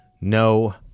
No